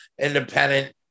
independent